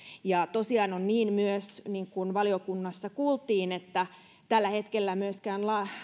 ja tosiaan on myös niin kuin valiokunnassa kuultiin että tällä hetkellä myöskään